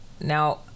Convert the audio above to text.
now